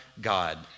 God